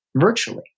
virtually